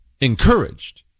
Encouraged